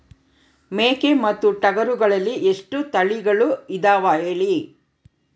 ಮೇಕೆ ಮತ್ತು ಟಗರುಗಳಲ್ಲಿ ಎಷ್ಟು ತಳಿಗಳು ಇದಾವ ಹೇಳಿ?